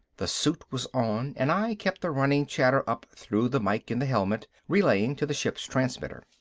the suit was on, and i kept the running chatter up through the mike in the helmet, relaying to the ship's transmitter.